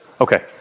Okay